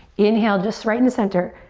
inhale just right in the center.